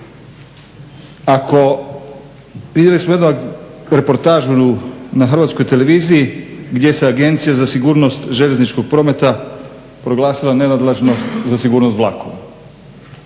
Ako, vidjeli smo jednu reportažu na Hrvatskoj televiziji gdje se Agencija za sigurnost željezničkog prometa proglasila nenadležnost za sigurnost vlakova.